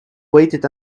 waited